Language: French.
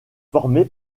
formé